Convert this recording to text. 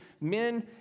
Men